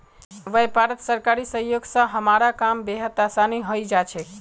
व्यापारत सरकारी सहयोग स हमारा काम बेहद आसान हइ जा छेक